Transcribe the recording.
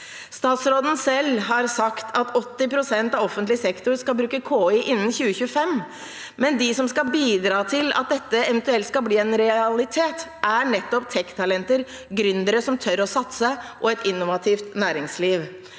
Statsråden selv har sagt at 80 pst. av offentlig sektor skal bruke KI innen 2025, men de som skal bidra til at dette eventuelt skal bli en realitet, er nettopp tek-talenter, gründere som tør å satse, og et innovativt næringsliv.